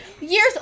years